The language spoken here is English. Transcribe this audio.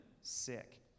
sick